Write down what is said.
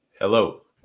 Hello